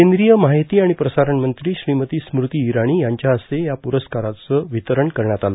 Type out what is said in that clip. केंद्रीय माहिती आणि प्रसारण मंत्री श्रीमती स्मृती ईराणी यांच्या हस्ते या प्रस्काराचं वितरण करण्यात आलं